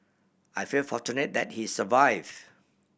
I feel fortunate that he survive